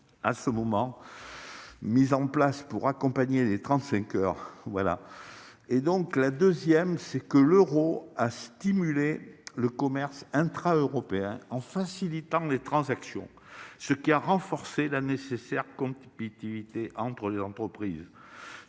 publiques mises en place pour accompagner le passage aux 35 heures. Deuxième raison : l'euro a stimulé le commerce intra-européen en facilitant les transactions, ce qui a renforcé la nécessaire compétitivité entre les entreprises.